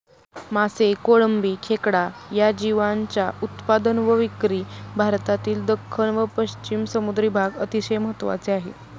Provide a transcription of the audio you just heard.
मासे, कोळंबी, खेकडा या जीवांच्या उत्पादन व विक्री भारतातील दख्खन व पश्चिम समुद्री भाग अतिशय महत्त्वाचे आहे